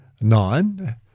Nine